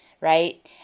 right